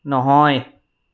নহয়